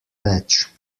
več